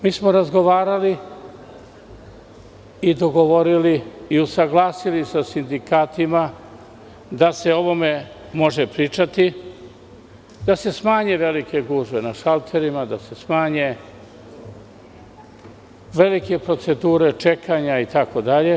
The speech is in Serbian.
Mi smo razgovarali i dogovorili i usaglasili sa sindikatima da se o ovome može pričati i da se smanje velike gužve na šalterima, da se smanje velike procedure čekanja itd.